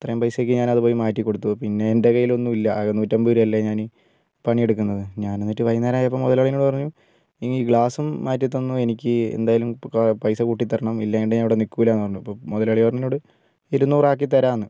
ഇത്രയും പൈസയ്ക്ക് ഞാൻ അത് പോയി മാറ്റികൊടുത്തു പിന്നെ എൻ്റെ കയ്യിൽ ഒന്നും ഇല്ല ആകെ നൂറ്റി അമ്പത് രൂപയല്ലേ ഞാൻ പണിയെടുക്കുന്നത് ഞാൻ എന്നിട്ട് വൈകുന്നേരം ആയപ്പോൾ മുതലാളിയോട് പറഞ്ഞു ഇനി ഗ്ലാസും മാറ്റിത്തന്നു എനിക്ക് എന്തായാലും പൈസ കൂട്ടിത്തരണം ഇല്ലാണ്ട് ഞാൻ ഇവിടെ നിൽക്കില്ലയെന്ന് പറഞ്ഞു അപ്പോൾ മുതലാളി പറഞ്ഞു എന്നോട് ഇരുന്നൂറ് ആക്കിത്തരാമെന്ന്